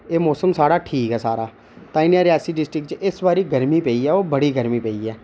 इत्थै मौसम साढ़ा ठीक ऐ सारा ताईं में रियासी डिस्टिक च इस बारी गर्मी पेई ऐ बड़ी गर्मी पेई ऐ